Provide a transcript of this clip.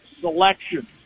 selection